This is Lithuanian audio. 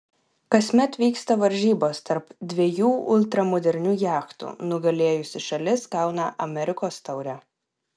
kasmet vyksta varžybos tarp dviejų ultramodernių jachtų nugalėjusi šalis gauna amerikos taurę